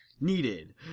Needed